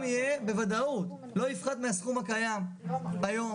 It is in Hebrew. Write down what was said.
הסכום בוודאות לא יפחת מהסכום הקיים היום.